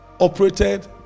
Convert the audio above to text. operated